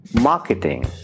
marketing